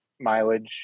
mileage